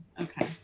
okay